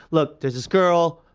look, there's this girl.